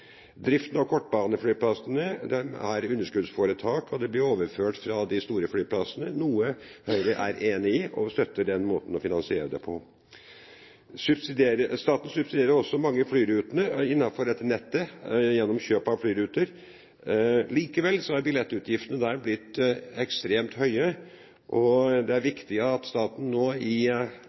Driften av kortbaneflyplassene har over flere år vært underskuddsforetak, og det har blitt overført midler fra de store flyplassene. Høyre er enig i denne finansieringsformen, og vi støtter den. Staten subsidierer også mange av flyrutene på dette nettet gjennom kjøp av flyruter. Likevel er billettutgiftene blitt ekstremt høye. Det er viktig at staten nå i